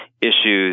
issues